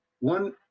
one